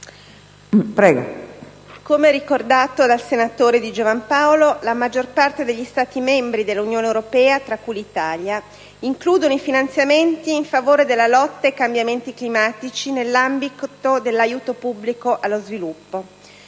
Come ricordato dal senatore Di Giovan Paolo, la maggior parte degli Stati membri dell'Unione europea, tra cui l'Italia, includono i finanziamenti in favore della lotta ai cambiamenti climatici nell'ambito dell'aiuto pubblico allo sviluppo